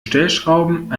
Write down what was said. stellschrauben